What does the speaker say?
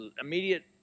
immediate